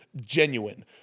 genuine